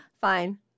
fine